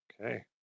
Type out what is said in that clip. Okay